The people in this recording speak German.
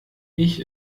ich